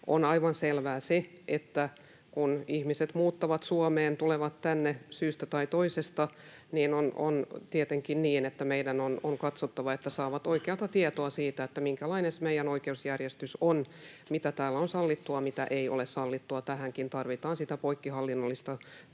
On aivan selvää se, että kun ihmiset muuttavat Suomeen, tulevat tänne syystä tai toisesta, niin meidän on katsottava, että saavat oikeata tietoa siitä, minkälainen meidän oikeusjärjestys on, mikä täällä on sallittua, mikä ei ole sallittua. Tähänkin tarvitaan sitä poikkihallinnollista työtä.